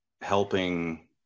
helping